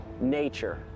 nature